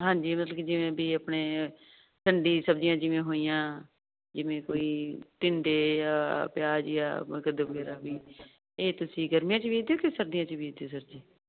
ਹਾਂਜੀ ਜਿਵੇਂ ਵੀ ਆਪਣੇ ਝੰਡੀ ਸਬਜ਼ੀਆਂ ਜਿਵੇਂ ਹੋਈਆਂ ਜਿਵੇਂ ਕੋਈ ਢਿੰਦੇ ਆ ਪਿਆਜ ਆ ਮੇਰਾ ਵੀ ਇਹ ਤੁਸੀਂ ਗਰਮੀਆਂ ਚ ਵੀਰਦੇ ਹੋ ਕਿ ਸਾਡੀਆਂ ਚ ਵੀ ਸਰ ਜੀ